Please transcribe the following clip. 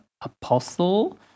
Apostle